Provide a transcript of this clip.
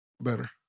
Better